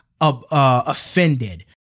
offended